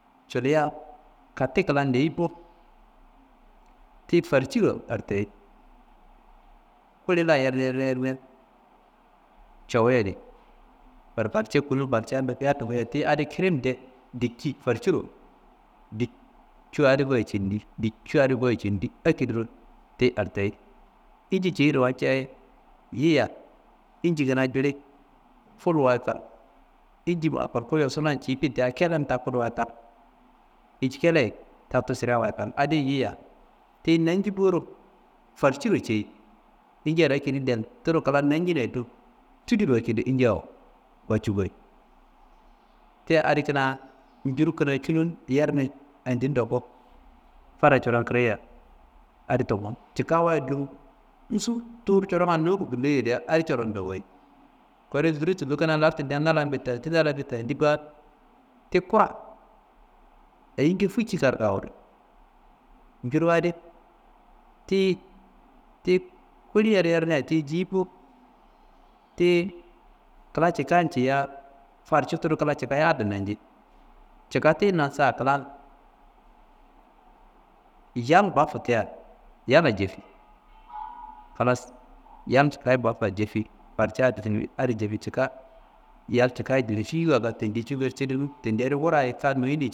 Ngologuli woli gatiro walla ndelturu cayiyi, walla kla cikayero jayiya ndelturu cikala klan totoyiru tidi woli, kura tunu. Ti taye ti taye koreye Ngollongulitaye ti ta jilijili. Ngolonguli jili jiliyea coron lalaro kurawo, bingu n, kurkudingu n yindi gedegede ekedi. Wette botiye diye ti ti awo kam futalan ti talka. Botu kam ndoku koro dilinye diye, ti gaayo jilijili. Botu diliye, dilingun nde hartayikoro, botu coro ngoroye sidaye kam ndoku koroye, awo kammiyi jiya ye ji, kammiyi ji ba- ye. Kammiyi biri jiya botaro yimmiyaye birea ji, da do tamiyido jimia ye ji, ñamdo do yimia ye cayi, danguyi ciliya a la ngolonguliye laso, bofi laso, awo gili awo gili ekediya ceyi jeyi. Kureye kiri ye diye ti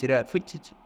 kamma kambe diye.